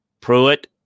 Pruitt